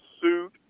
suit